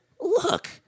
Look